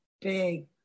big